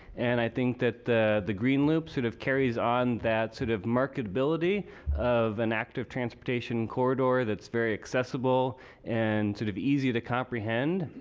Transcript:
and i think that the the green loop sort of carries on that sort of marketability of an active transportation corridor that's very accessible and sort of easy to comprehend.